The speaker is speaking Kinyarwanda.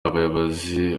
abayobozi